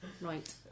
Right